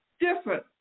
different